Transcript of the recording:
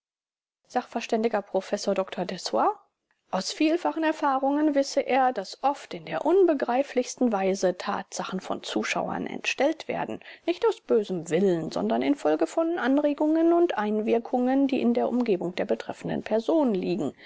professor dr dessoir aus vielfachen erfahrungen wisse er daß oft in der unbegreiflichsten weise tatsachen von zuschauern entstellt werden nicht aus bösem willen sondern infolge von anregungen und einwirkungen die in der umgebung der betreffenden personen liegen